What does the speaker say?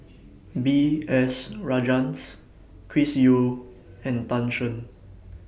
B S Rajhans Chris Yeo and Tan Shen